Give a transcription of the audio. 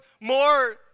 more